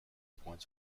points